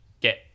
get